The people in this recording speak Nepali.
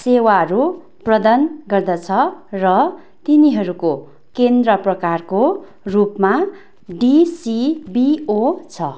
सेवाहरू प्रदान गर्दछ र तिनीहरूको केन्द्र प्रकारको रूपमा डिसिबिओ छ